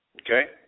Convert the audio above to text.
okay